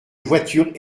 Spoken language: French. voiture